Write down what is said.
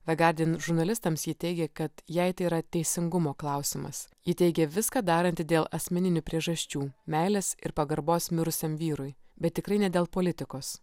the guardian žurnalistams ji teigė kad jei tai yra teisingumo klausimas ji teigė viską daranti dėl asmeninių priežasčių meilės ir pagarbos mirusiam vyrui bet tikrai ne dėl politikos